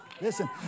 Listen